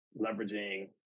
leveraging